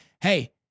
Hey